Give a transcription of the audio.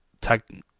Tag